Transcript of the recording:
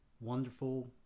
wonderful